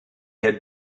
had